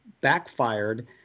backfired